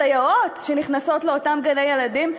הסייעות שנכנסות לאותם גני-ילדים.